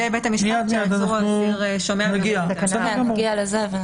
בית המשפט שהעצור או האסיר שומע אותו --- אנחנו נגיע לזה.